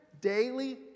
Daily